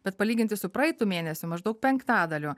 bet palyginti su praeitu mėnesiu maždaug penktadaliu